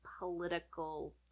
political